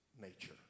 nature